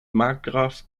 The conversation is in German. markgraf